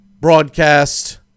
broadcast